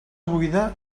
buida